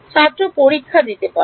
ছাত্র পরীক্ষা দিতে পারে